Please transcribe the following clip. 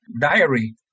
diary